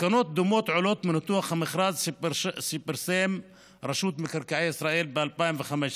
מסקנות דומות עולות מניתוח המכרז שפרסמה רשות מקרקעי ישראל ב-2015.